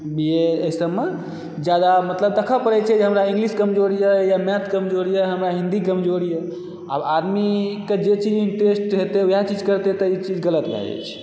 B A एहि सबमे ज्यादा मतलब देखऽ पड़ै छै जे हमरा इंगलिश कमजोर यऽ या मैथ कमजोर यऽ हमरा हिन्दी कमजोर यऽ आब आदमीके जे चीज इंटरेस्ट हेतै ओएह चीज करतै तऽ ई चीज गलत भए जाइत छै